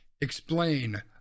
explain